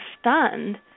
stunned